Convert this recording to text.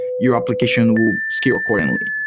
your application will scale accordingly.